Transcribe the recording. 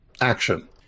action